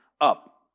up